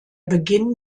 beginn